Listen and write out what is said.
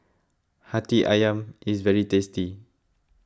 Hati Ayam is very tasty